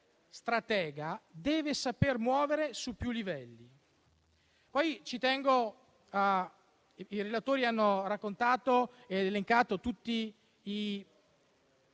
stratega, deve saper muovere su più livelli. I relatori hanno raccontato ed elencato tutti